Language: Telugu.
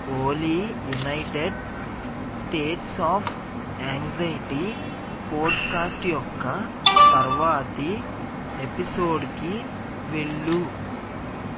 Ollie United States of anxiety podcast యొక్క తర్వాతి ఎపిసోడ్కి వెళ్ళు